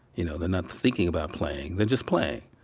you know, they're not thinking about playing they're just playing.